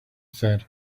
said